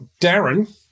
Darren